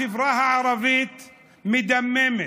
החברה הערבית מדממת,